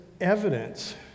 evidence